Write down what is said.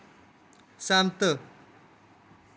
सैह्मत